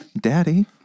Daddy